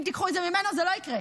אם תיקחו את זה ממנו זה לא יקרה.